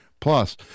Plus